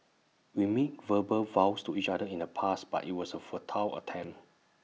we made verbal vows to each other in the past but IT was A futile attempt